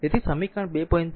તેથી સમીકરણ 2